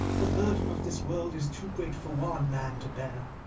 the burden of this world is too great for one man to bear,